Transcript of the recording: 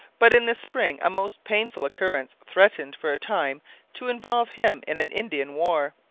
but in the spring a most painful occurrence threatened for a time to involve him in an indian war.